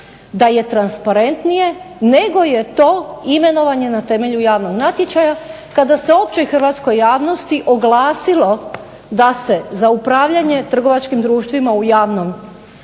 da je transparentnije nego je to imenovanje na temelju javnog natječaja kada se općoj hrvatskoj javnosti oglasilo da se za upravljanje trgovačkim društvima u